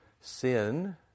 Sin